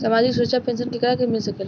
सामाजिक सुरक्षा पेंसन केकरा के मिल सकेला?